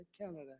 Canada